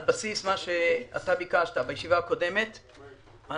על בסיס מה שביקשת בישיבה הקודמת אנחנו